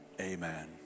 amen